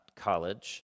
college